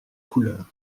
couleurs